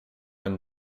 and